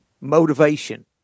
motivation